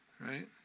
Right